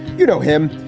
you know him.